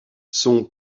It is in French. son